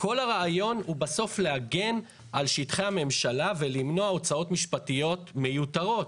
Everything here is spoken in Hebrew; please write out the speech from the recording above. כל הרעיון הוא בסוף להגן על שטחי הממשלה ולמנוע הוצאות משפטיות מיותרות.